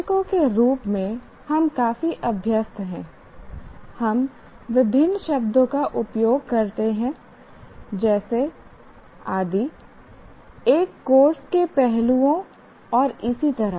शिक्षकों के रूप में हम काफी अभ्यस्त हैं हम विभिन्न शब्दों का उपयोग करते हैं जैसे आदि एक कोर्स के पहलुओं और इसी तरह